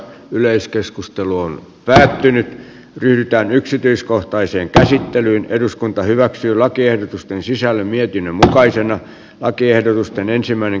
yleiskeskustelu on päättynyt yhtään yksityiskohtaiseen käsittelyyn eduskunta hyväksyy lakiehdotusten sisällön vietin valkoisena vai työllistymisen kannalta